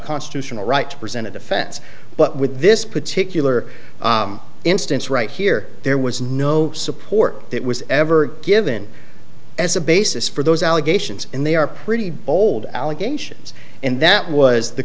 constitutional right to present a defense but with this particular instance right here there was no support that was ever given as a basis for those allegations and they are pretty bold allegations and that was the